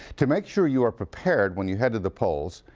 to make sure you're prepared when you head to the polls,